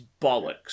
bollocks